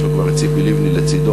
יש לו כבר את ציפי לבני לצדו,